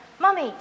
Mummy